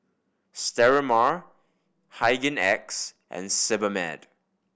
Sterimar Hygin X and Sebamed